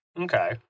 Okay